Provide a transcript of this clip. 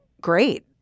great